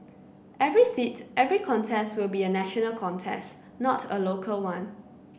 every seat every contest will be a national contest not a local one